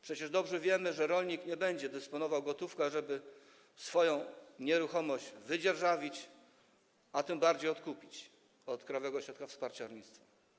Przecież dobrze wiemy, że rolnik nie będzie dysponował gotówką, ażeby swoją nieruchomość wydzierżawić, a tym bardziej odkupić od Krajowego Ośrodka Wsparcia Rolnictwa.